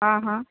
हाँ हाँ